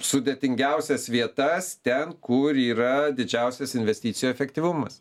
sudėtingiausias vietas ten kur yra didžiausias investicijų efektyvumas